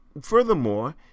Furthermore